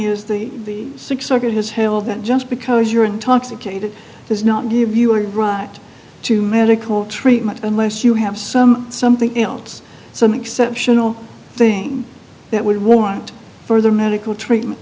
is the sixth circuit has held that just because you're intoxicated does not give you a right to medical treatment unless you have some something else some exceptional thing that would warrant further medical treatment